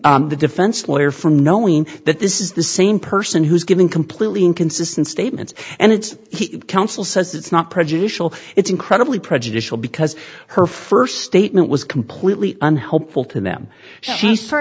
hitting the defense lawyer from knowing that this is the same person who's giving completely inconsistent statements and it's he counsel says it's not prejudicial it's incredibly prejudicial because her first statement was completely unhelpful to them